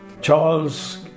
Charles